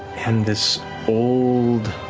and this old,